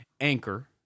Anchor